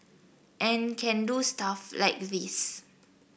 and can do stuff like this